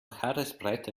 haaresbreite